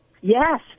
Yes